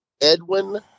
Edwin